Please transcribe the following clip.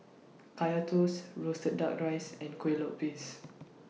Kaya Toast Roasted Duck Rice and Kueh Lopes